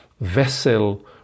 vessel